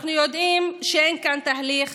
אנחנו יודעים שאין כאן תהליך